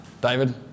David